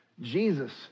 Jesus